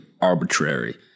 arbitrary